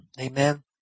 amen